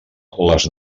les